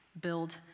build